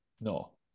No